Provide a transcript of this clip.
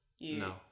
No